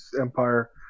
Empire